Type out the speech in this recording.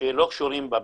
שלא קשורים למשרד.